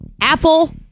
apple